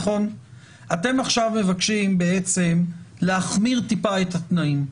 אתם עכשיו מבקשים להחמיר טיפה את התנאים,